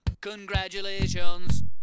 Congratulations